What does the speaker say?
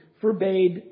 forbade